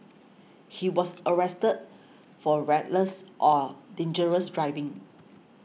he was arrested for reckless or dangerous driving